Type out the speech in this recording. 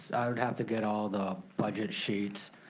i would have to get all the budget sheets,